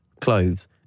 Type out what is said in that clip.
clothes